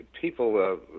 people